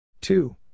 Two